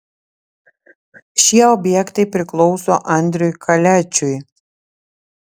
šie objektai priklauso andriui kaliačiui